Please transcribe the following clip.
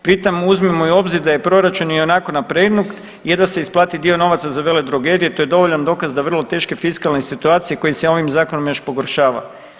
Pri tom uzmimo i u obzir da je proračun ionako napregnut jedva se isplati dio novaca za veledrogerije to je dovoljan dokaz da vrlo teške fiskalne situacije koje se ovim zakonom još pogoršava.